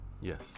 Yes